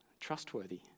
trustworthy